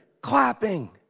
clapping